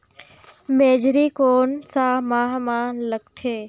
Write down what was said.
मेझरी कोन सा माह मां लगथे